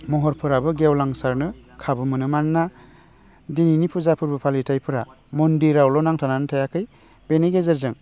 महरफोराबो गेवलांसारनो खाबु मोनो मानोना दिनैनि फुजा फोरबो फालिथाइफोरा मन्दिरावल' नांथानानै थायाखै बेनि गेजेरजों